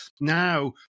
now